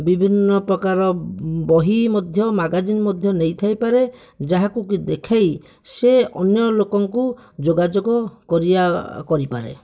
ବିଭିନ୍ନ ପ୍ରକାର ବହି ମଧ୍ୟ ମଗାଜିନ୍ ମଧ୍ୟ ନେଇଥାଇପାରେ ଯାହାକୁ ଦେଖେଇ ସେ ଅନ୍ୟ ଲୋକଙ୍କୁ ଯୋଗାଯୋଗ କରିବା କରିପାରେ